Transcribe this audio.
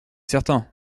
certain